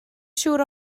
siŵr